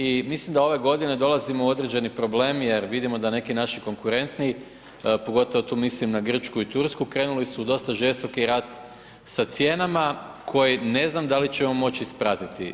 I mislim da ove godine dolazimo u određeni problem jer vidimo da neki naši konkurentniji, pogotovo tu mislim na Grčku i Tursku, krenuli su u dosta žestoki rat sa cijenama koje ne znam da li ćemo moći ispratiti.